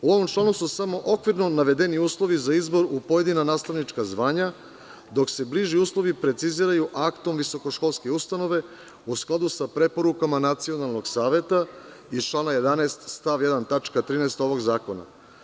U ovom članu su samo okvirno navedeni uslovi za izbor u pojedina nastavnička zvanja, dok se bliži uslovi preciziraju aktom visokoškolske ustanove, u skladu sa preporukama Nacionalnog saveta iz člana 11. stav 1. tačka 13. ovog zakona.